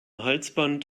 halsband